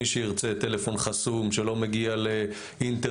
מי שירצה טלפון חסום שלא מגיע לאינטרנט,